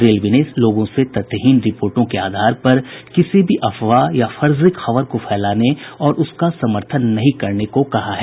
railway ने लोगों से तथ्यहीन रिपोर्टों के आधार पर किसी भी अफवाह या फर्जी खबर को फैलाने और उसका समर्थन नहीं करने को कहा है